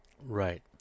Right